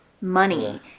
money